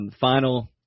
Final